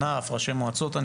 נציגי הענף וראשי המועצות.